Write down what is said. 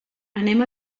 anem